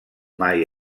mai